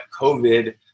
COVID